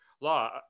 law